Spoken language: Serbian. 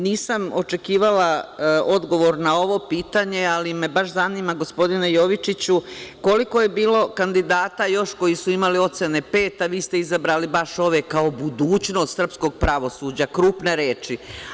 Nisam očekivala odgovor na ovo pitanje, ali me baš zanima gospodine Jovičiću, koliko je bilo kandidata još koji su imali ocene pet, a vi ste izabrali baš ove kao budućnost srpskog pravosuđa, krupne reči?